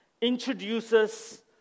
introduces